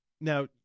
now